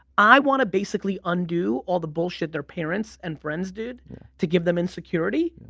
i want to basically undo all the bullshit their parents and friends did to give them insecurity.